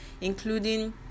including